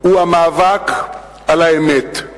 הוא המאבק על האמת.